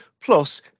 plus